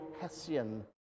Hessian